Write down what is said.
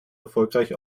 erfolgreich